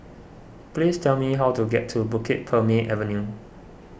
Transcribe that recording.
please tell me how to get to Bukit Purmei Avenue